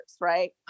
right